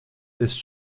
ist